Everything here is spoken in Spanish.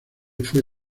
fue